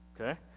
Okay